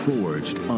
Forged